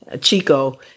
Chico